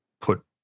put